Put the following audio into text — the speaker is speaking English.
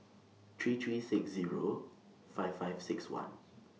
three three six Zero five five six one